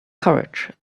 courage